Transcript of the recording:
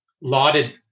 lauded